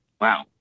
Wow